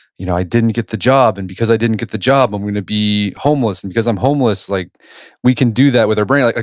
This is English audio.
you know i didn't get the job and because i didn't get the job, i'm gonna be homeless and because i'm homeless. like we can do that with our brain. like ah